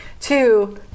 two